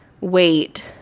wait